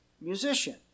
musician